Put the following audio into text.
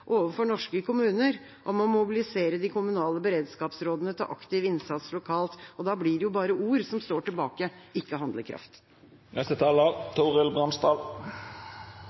overfor norske kommuner om å mobilisere de kommunale beredskapsrådene til aktiv innsats lokalt. Da blir det bare ord som står tilbake, ikke